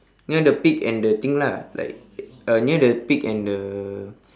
near the pig and the thing lah like uh near the pig and the